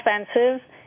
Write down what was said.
expensive